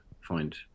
find